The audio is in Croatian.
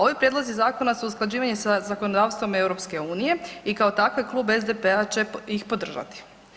Ovi prijedlozi zakona su usklađivanje sa zakonodavstvom EU i kao takve Klub SDP-a će ih podržati.